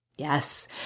Yes